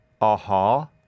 Aha